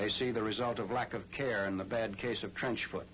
they see the result of lack of care and a bad case of trench foot